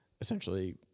essentially